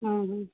ହଁ ହଁ